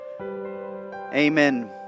amen